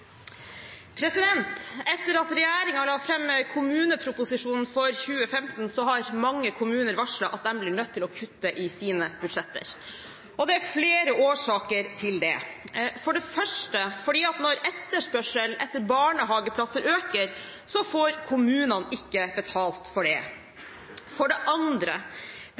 Pedersen. Etter at regjeringen la fram kommuneproposisjonen for 2015 har mange kommuner varslet at de blir nødt til å kutte i sine budsjetter. Det er flere årsaker til det. For det første: Når etterspørselen etter barnehageplasser øker, får kommunene ikke betalt for det. For det andre: